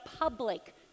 public